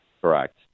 Correct